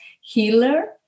healer